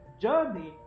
journey